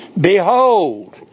Behold